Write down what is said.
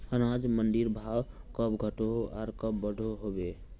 अनाज मंडीर भाव कब घटोहो आर कब बढ़ो होबे?